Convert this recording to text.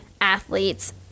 athletes